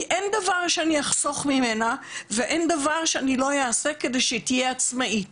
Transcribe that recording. כי אין דבר שאני אחסוך ממנה ואין דבר שאני לא אעשה כדי שהיא תהיה עצמאית